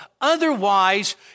otherwise